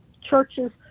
Churches